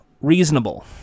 reasonable